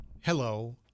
Hello